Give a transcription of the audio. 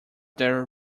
their